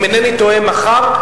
אם אינני טועה מחר,